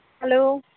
hello